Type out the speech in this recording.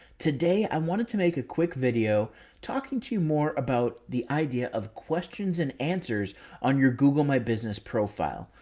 today i wanted to make a quick video talking to you more about the idea of questions and answers on your google my business profile.